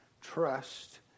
trust